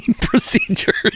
procedures